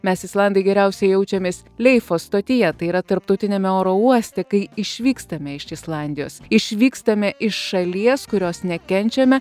mes islandai geriausiai jaučiamės leifo stotyje tai yra tarptautiniame oro uoste kai išvykstame iš islandijos išvykstame iš šalies kurios nekenčiame